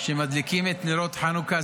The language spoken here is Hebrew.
שמדליקים את נרות חנוכה.